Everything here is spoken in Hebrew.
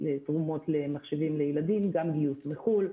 תרומות למחשבים לילדים, גם גיוס מחו"ל.